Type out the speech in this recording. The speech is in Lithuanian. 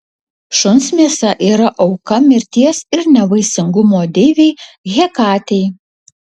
šuns mėsa yra auka mirties ir nevaisingumo deivei hekatei